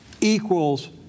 equals